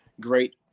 great